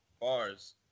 Bars